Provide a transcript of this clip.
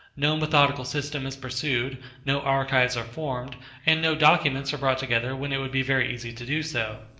no methodical system is pursued no archives are formed and no documents are brought together when it would be very easy to do so.